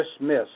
dismissed